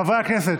חברי הכנסת,